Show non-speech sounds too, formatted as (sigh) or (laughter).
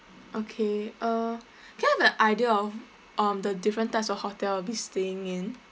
okay uh (breath) can I have an idea of um the different types of hotel we'll be staying in